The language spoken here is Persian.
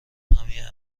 همین